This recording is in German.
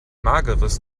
mageres